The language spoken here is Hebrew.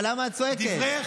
מסורתי,